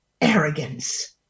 Arrogance